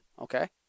okay